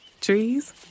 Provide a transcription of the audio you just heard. Trees